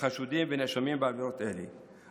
לחשודים ונאשמים בעבירות אלה,